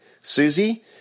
Susie